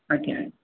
ଆଜ୍ଞା